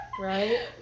right